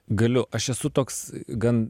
galiu aš esu toks gan